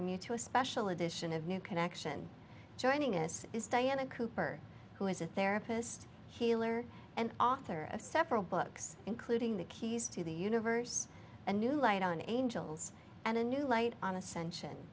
a special edition of new connection joining us is diana cooper who is a therapist healer and author of several books including the keys to the universe a new light on angels and a new light on ascension